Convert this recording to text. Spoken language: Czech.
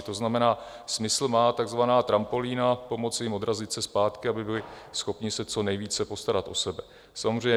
To znamená, smysl má takzvaná trampolína, pomoci jim odrazit se zpátky, aby byli schopni se co nejvíce postarat o sebe.